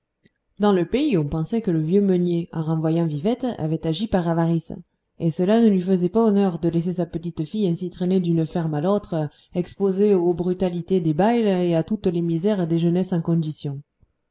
dans le pays on pensait que le vieux meunier en renvoyant vivette avait agi par avarice et cela ne lui faisait pas honneur de laisser sa petite-fille ainsi traîner d'une ferme à l'autre exposée aux brutalités des baïles et à toutes les misères des jeunesses en condition